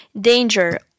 danger